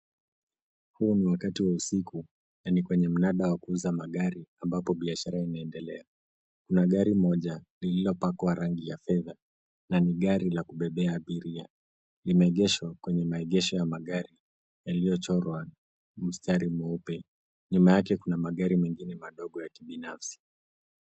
Huu ni wakati wa usiku na ni kwenye mnanda wa kuuza magari ambapo biashara inaendelea. Kuna gari moja lililo pakwa rangi ya fedha na ni gari la kubebea abiria limeegeshwa kwa maegesho ya magari yaliyo chorwa mstari mweupe. Nyuma yake kuna magari mengine madogo ya kibinafsi.